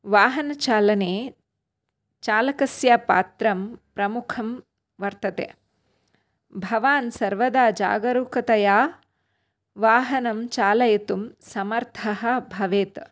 वाहनचालने चालकस्य पात्रं प्रमुखं वर्तते भवान् सर्वदा जागरूकतया वाहनं चालयितुं समर्थः भवेत्